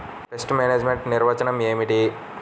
Pest management నిర్వచనం ఏమిటి?